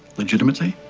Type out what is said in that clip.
legitimately?